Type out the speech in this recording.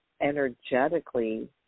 energetically